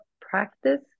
practice